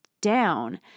down